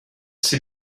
see